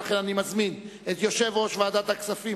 ולכן אני מזמין את יושב-ראש ועדת הכספים,